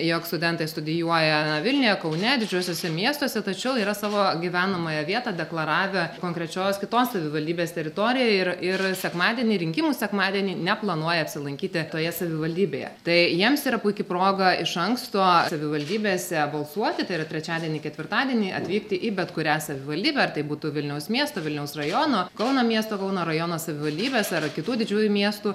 jog studentai studijuoja vilniuje kaune didžiuosiuose miestuose tačiau yra savo gyvenamąją vietą deklaravę konkrečios kitos savivaldybės teritorijoje ir ir sekmadienį rinkimų sekmadienį neplanuoja apsilankyti toje savivaldybėje tai jiems yra puiki proga iš anksto savivaldybėse balsuoti tai yra trečiadienį ketvirtadienį atvykti į bet kurią savivaldybę ar tai būtų vilniaus miesto vilniaus rajono kauno miesto kauno rajono savivaldybės ar kitų didžiųjų miestų